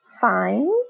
find